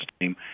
team